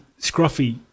Scruffy